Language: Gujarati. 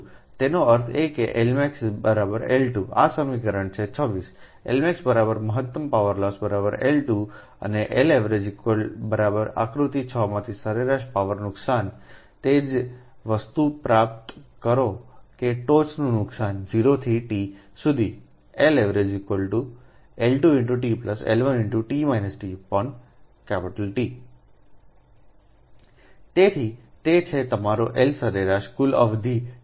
તેનો અર્થ એ કે Lmax L2 આ સમીકરણ છે 26 Lmax મહત્તમ પાવર લોસ L2 અને Lavg આકૃતિ 6 માંથી સરેરાશ પાવર નુકસાન તે જ વસ્તુ પ્રાપ્ત કરો કે ટોચનું નુકસાન 0 થી t સુધી Lavg L2 t L1 T તેથી તે છે તમારી L સરેરાશ કુલ અવધિ ટી